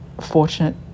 fortunate